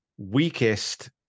weakest